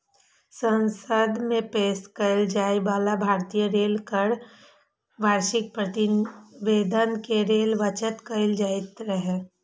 संसद मे पेश कैल जाइ बला भारतीय रेल केर वार्षिक प्रतिवेदन कें रेल बजट कहल जाइत रहै